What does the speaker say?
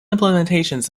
implementations